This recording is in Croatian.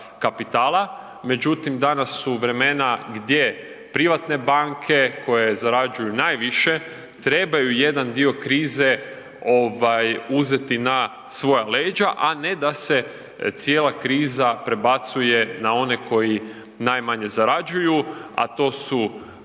kapitala, međutim danas su vremena gdje privatne banke koje zarađuju najviše, trebaju jedan dio krize uzeti na svoja leđa, a ne da se cijela kriza prebacuje na one koji najmanje zarađuju, a to su